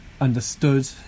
understood